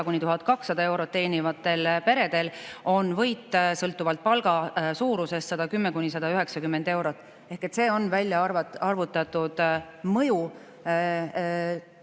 700–1200 eurot teenivatel peredel on võit sõltuvalt palga suurusest 110–190 eurot. See on välja arvutatud mõju.